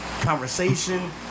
conversation